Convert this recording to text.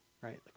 Right